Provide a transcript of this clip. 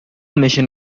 mission